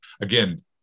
Again